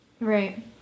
right